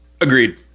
Agreed